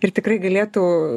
ir tikrai galėtų